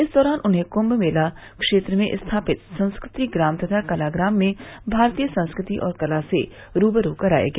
इस दौरान उन्हें कुंभ मेला क्षेत्र में स्थापित संस्कृति ग्राम तथा कलाग्राम में भारतीय संस्कृति और कला से रूबरू कराया गया